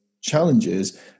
challenges